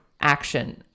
action